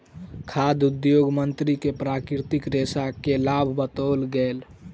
खाद्य उद्योग मंत्री के प्राकृतिक रेशा के लाभ बतौल गेल